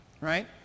right